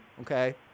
Okay